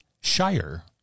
Shire